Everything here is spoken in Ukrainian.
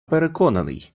переконаний